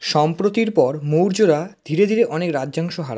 সম্প্রতির পর মৌর্যরা ধীরে ধীরে অনেক রাজ্যাংশ হারায়